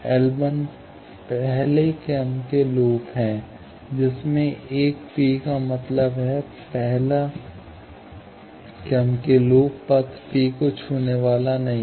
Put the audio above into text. L पहला पहले क्रम के लूप है जिसमें एक पी का मतलब है पहला पहले क्रम के लूप पथ पी को छूने वाला नहीं है